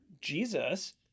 Jesus